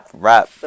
Rap